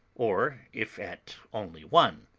or if at only one.